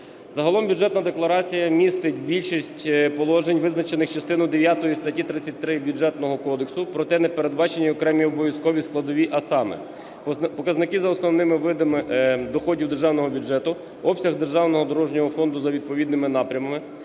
Загалом Бюджетна декларація містить більшість положень, визначених частиною дев'ятою статті 33 Бюджетного кодексу, проте не передбачені окремі обов'язкові складові. А саме: показники за основними видами доходів державного бюджету, обсяг державного дорожнього